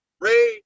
Ray